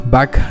Back